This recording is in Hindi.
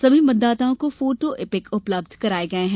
सभी मतदाताओं को फोटो ईपिक उपलब्ध कराये गये हैं